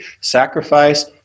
Sacrifice